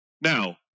Now